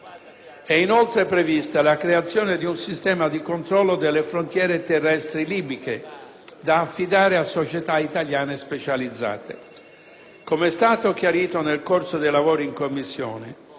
È inoltre prevista la creazione di un sistema di controllo delle frontiere terrestri libiche, da affidare a società italiane specializzate. Come è stato chiarito nel corso dei lavori in Commissione,